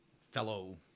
fellow